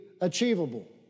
achievable